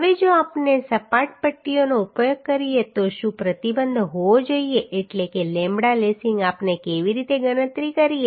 હવે જો આપણે સપાટ પટ્ટીઓનો ઉપયોગ કરીએ તો શું પ્રતિબંધ હોવો જોઈએ એટલે કે લેમ્બડા લેસિંગ આપણે કેવી રીતે ગણતરી કરીએ